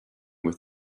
with